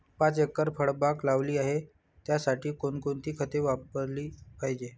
पाच एकर फळबाग लावली आहे, त्यासाठी कोणकोणती खते वापरली पाहिजे?